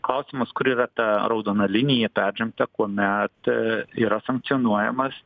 klausimas kur yra ta raudona linija peržengta kuomet yra sankcionuojamas